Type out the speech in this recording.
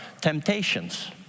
temptations